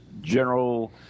general